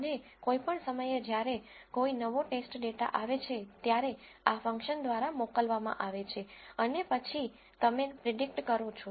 અને કોઈપણ સમયે જ્યારે કોઈ નવો ટેસ્ટ ડેટા આવે છે ત્યારે તે આ ફંક્શન દ્વારા મોકલવામાં આવે છે અને પછી તમે પ્રીડીકટ કરો છો